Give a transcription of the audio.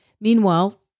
Meanwhile